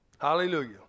Hallelujah